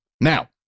Now